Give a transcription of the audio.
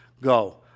Go